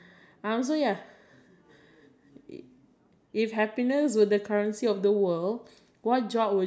if thought if happiness were the currency of the world what job would gener~ generate the most money